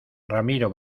ramiro